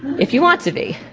if you want to be.